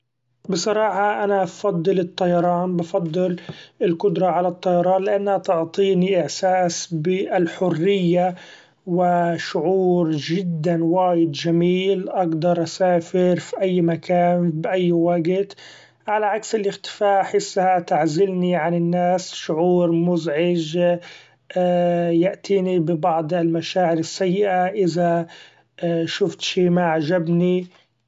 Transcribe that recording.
بصراحه أنا بفضل الطيران بفضل القدرة علي الطيران لأنها تعطيني احساس بي الحرية و شعور جدا وايد جميل اقدر أسافر ف اي مكان بأي وقت ، علي عكس الاختفاء احسها تعزلني عن الناس شعور مزعج يأتيني ببعض المشاعر السيئة إذا شفت شي ما عجبني.